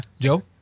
Joe